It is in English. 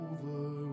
Over